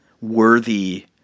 worthy